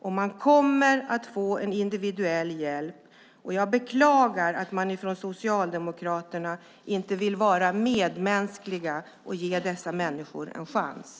Och man kommer att få en individuell hjälp. Jag beklagar att Socialdemokraterna inte vill vara medmänskliga och ge dessa människor en chans.